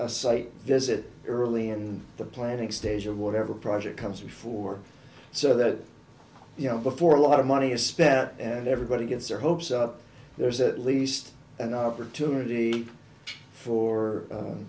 a site visit early in the planning stage of whatever project comes before so that you know before a lot of money is spent and everybody gets their hopes up there's at least an opportunity for